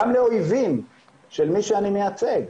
גם לאויבים של מי שאני מייצג.